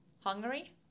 Hungary